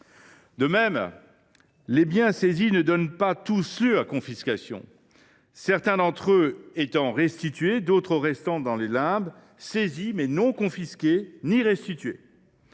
De même, les biens saisis ne donnent pas tous lieu à confiscation, certains d’entre eux étant restitués, d’autres restant dans les limbes, saisis, mais non confisqués ni restitués.